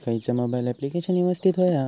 खयचा mobile application यवस्तित होया?